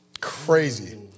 Crazy